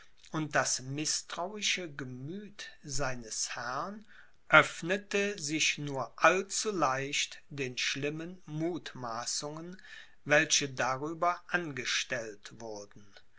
und das mißtrauische gemüth seines herrn öffnete sich nur allzuleicht den schlimmen muthmaßungen welche darüber angestellt wurden